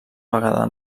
vegada